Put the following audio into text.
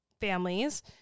families